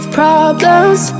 problems